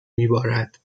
میبارد